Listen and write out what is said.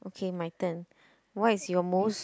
okay my turn what is your most